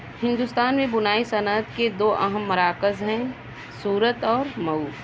ہندوستان میں بنائی صنعت کے دو اہم مراکز ہیں سورت اور مئو